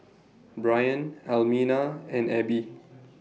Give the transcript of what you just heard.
Brion Almina and Abbie